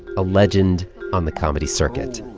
a legend on the comedy circuit.